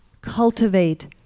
cultivate